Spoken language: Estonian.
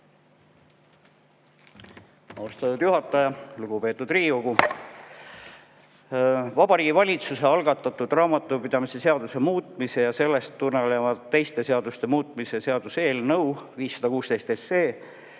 Austatud juhataja! Lugupeetud Riigikogu! Vabariigi Valitsuse algatatud raamatupidamise seaduse muutmise ja sellest tulenevalt teiste seaduste muutmise seaduse eelnõu (516 SE)